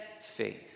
faith